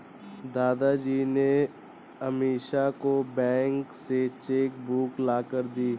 दादाजी ने अमीषा को बैंक से चेक बुक लाकर दी